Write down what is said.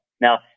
Now